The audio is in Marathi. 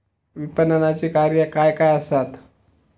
विपणनाची कार्या काय काय आसत?